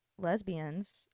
lesbians